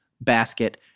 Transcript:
basket